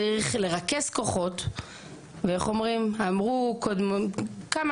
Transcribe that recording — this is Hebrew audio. צריך לרכז כוחות ואיך אומרים אמרו עוד כמה